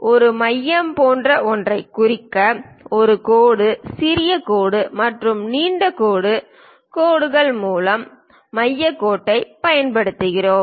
ஒரு மையம் போன்ற ஒன்றைக் குறிக்க ஒரு கோடு சிறிய கோடு மற்றும் நீண்ட கோடு கோடுகள் மூலம் மையக் கோட்டைப் பயன்படுத்துகிறோம்